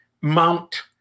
mount